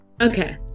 Okay